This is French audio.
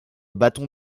bâtons